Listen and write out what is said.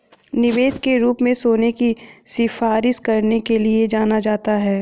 निवेश के रूप में सोने की सिफारिश करने के लिए जाना जाता है